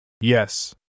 Yes